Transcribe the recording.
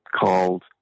called